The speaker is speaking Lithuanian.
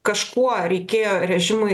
kažkuo reikėjo režimui